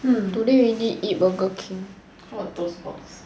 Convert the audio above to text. hmm today already eat burger king what those box